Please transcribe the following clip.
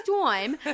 time